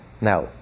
Now